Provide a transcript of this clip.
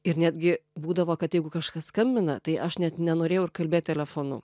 ir netgi būdavo kad jeigu kažkas skambina tai aš net nenorėjau ir kalbėt telefonu